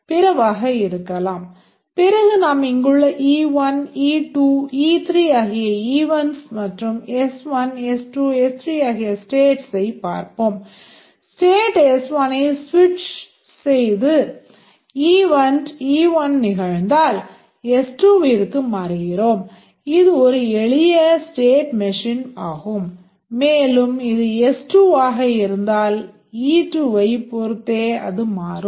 மேலும் இது S2 ஆக இருந்தால் e2 வைப் பொறுத்தே அது மாறும்